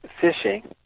fishing